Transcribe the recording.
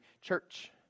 church